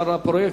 בשאר הפרויקטים.